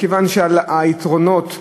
מכיוון שהיתרונות,